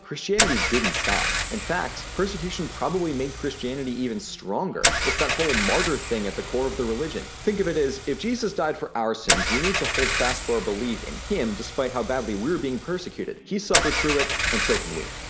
christianity didn't stop. in fact, persecution probably made christianity even stronger. it's that whole martyr thing at the core of the religion. think of it as if jesus died for our sins, we need to hold fast to our belief in him, despite how badly we're being persecuted. he suffered through it and so can we.